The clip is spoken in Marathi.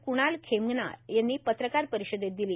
क्णाल खेमनार यांनी प्रत्रकार परिषदेत दिली